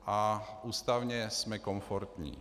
A ústavně jsme komfortní.